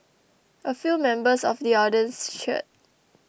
a few members of the audience cheered